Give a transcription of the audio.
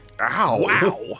Wow